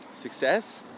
Success